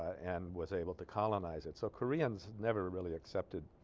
and was able to colonize it so koreans never really accepted